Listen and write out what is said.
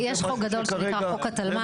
יש חוק גדול שנקרא חוק התלמ"ת,